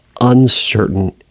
uncertain